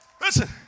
listen